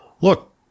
look